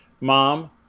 Mom